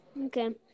Okay